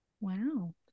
wow